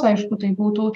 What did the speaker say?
aišku tai būtų